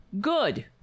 good